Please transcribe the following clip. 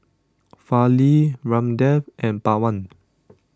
Fali Ramdev and Pawan